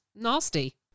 nasty